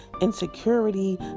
insecurity